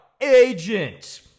Agent